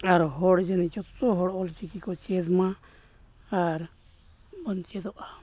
ᱟᱨ ᱦᱚᱲ ᱡᱟᱱᱤ ᱡᱚᱛᱚ ᱦᱚᱲ ᱚᱞᱪᱤᱨᱠᱤ ᱠᱚ ᱪᱮᱫ ᱢᱟ ᱟᱨ ᱵᱚᱱ ᱪᱮᱫᱚᱜᱼᱟ